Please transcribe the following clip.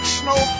snow